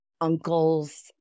uncles